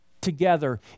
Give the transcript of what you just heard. together